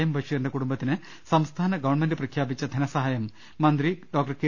M ബഷീറിന്റെ കുടുംബത്തിന് സംസ്ഥാന ഗവൺമെന്റ് പ്രഖ്യാപിച്ച ധനസഹായം മന്ത്രി കെ